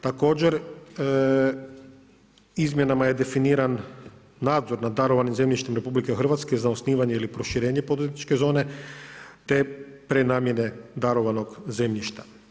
Također, izmjenama je definiran nadzor nad darovanim zemljištem RH, za osnivanjem ili proširenje poduzetničke zone, te prenamjene darovanog zemljišta.